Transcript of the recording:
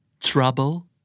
trouble